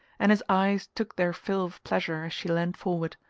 and his eyes took their fill of pleasure as she leaned forward,